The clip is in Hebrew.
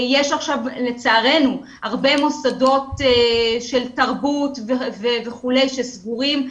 יש עכשיו לצערנו הרבה מוסדות של תרבות וכולי שסגורים,